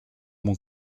mon